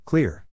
Clear